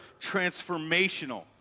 transformational